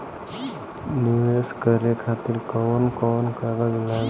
नीवेश करे खातिर कवन कवन कागज लागि?